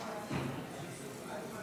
נתקבל.